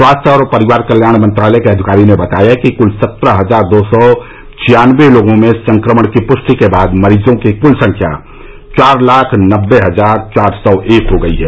स्वास्थ्य और परिवार कल्याण मंत्रालय के अधिकारी ने बताया है कि कुल सत्रह हजार दो सौ छियान्नबे लोगों में संक्रमण की पुष्टि के बाद मरीजों की कुल संख्या चार लाख नब्बे हजार चार सौ एक हो गई है